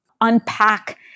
unpack